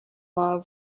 love